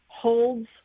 holds